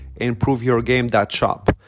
improveyourgame.shop